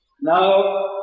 now